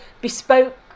bespoke